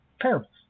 parables